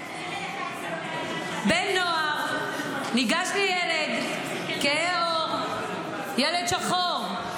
בן נוער ניגש לילד כהה עור, ילד שחור,